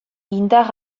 indar